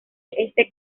este